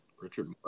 Richard